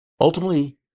ultimately